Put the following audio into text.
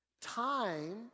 Time